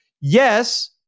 Yes